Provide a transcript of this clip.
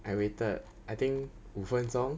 I waited I think 五分钟